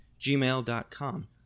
gmail.com